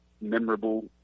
memorable